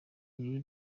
ibi